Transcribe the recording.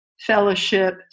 fellowship